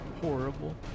horrible